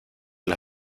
las